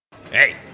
hey